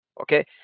okay